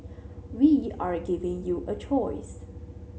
we are giving you a choice